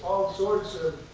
um sorts of